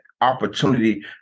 opportunity